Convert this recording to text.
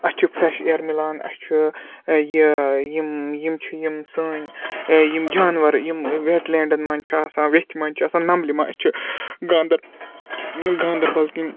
اَسہِ چھِ فرٮ۪ش اِیر مِلان اَسہِ چھِ یہِ یِم یِم چھِ یِم سٲنۍ یِم جاناوَار یِم وٮ۪ٹ لٮ۪نٛڈَن مَنٛز چھِ آسان ویٚتھِ مَنٛز چھِ آسان نَمبلہِ اَسہِ چھِ گاندَر گاندَربَل کِنۍ